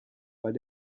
weil